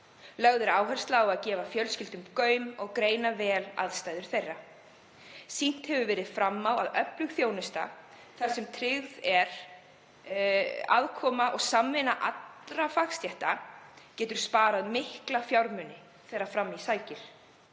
Lögð er áhersla á að gefa fjölskyldum gaum og greina vel aðstæður þeirra. Sýnt hefur verið fram á að öflug þjónusta, þar sem tryggð er aðkoma og samvinna allra fagstétta, getur sparað mikla fjármuni þegar fram í sækir.